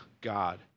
God